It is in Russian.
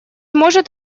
может